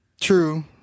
True